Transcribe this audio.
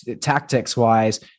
tactics-wise